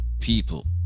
people